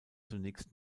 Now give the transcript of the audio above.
zunächst